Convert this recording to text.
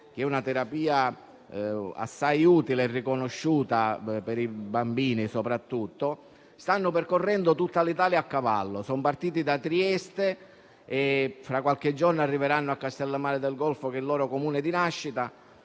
una terapia assai utile e riconosciuta soprattutto per i bambini, stanno percorrendo tutta l'Italia a cavallo. Sono partiti da Trieste e fra qualche giorno arriveranno a Castellammare del Golfo, che è il loro Comune di nascita